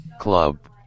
Club